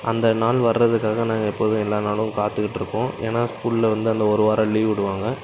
அந்த நாள் வர்றதுக்காக நாங்கள் எப்போதும் எல்லா நாளும் காத்துகிட்டு இருப்போம் ஏன்னா ஸ்கூலில் வந்து அந்த ஒரு வாரோம் லீவ் விடுவாங்க